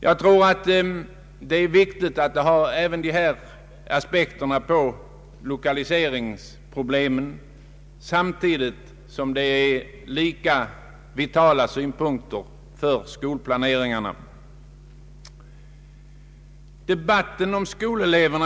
Jag tror att dessa aspekter är av betydelse då det gäller att lösa lokaliseringsproblemet samtidigt som de är lika vitala beträffande skolplaneringen.